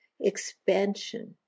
expansion